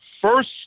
First